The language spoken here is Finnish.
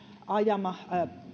ajama